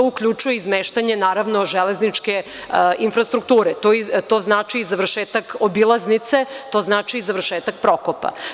To uključuje izmeštanje železničke infrastrukture, to znači i završetak obilaznice, to znači završetak „Prokopa“